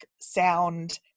sound